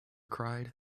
cried